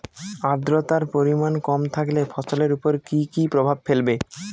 আদ্রর্তার পরিমান কম থাকলে ফসলের উপর কি কি প্রভাব ফেলবে?